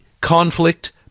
conflict